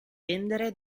vendere